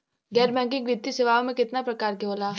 गैर बैंकिंग वित्तीय सेवाओं केतना प्रकार के होला?